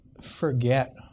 forget